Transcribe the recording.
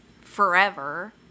forever